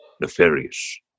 nefarious